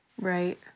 Right